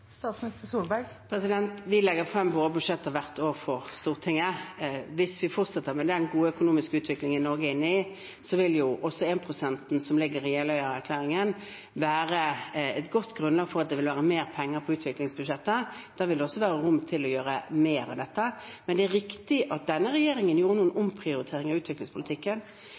Vi legger frem våre budsjetter hvert år for Stortinget. Hvis vi fortsetter med den gode økonomiske utviklingen Norge er inne i, vil jo også énprosenten som ligger i Jeløya-plattformen, være et godt grunnlag for at det vil være mer penger på utviklingsbudsjettet. Da vil det også være rom til å gjøre mer av dette. Men det er riktig at denne regjeringen gjorde noen omprioriteringer i utviklingspolitikken.